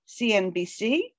CNBC